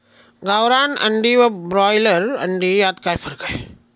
गावरान अंडी व ब्रॉयलर अंडी यात काय फरक आहे?